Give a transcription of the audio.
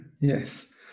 Yes